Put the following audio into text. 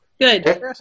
good